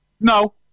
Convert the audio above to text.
No